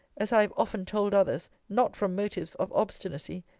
as i have often told others, not from motives of obstinacy,